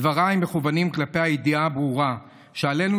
דבריי מכוונים לידיעה הברורה שעלינו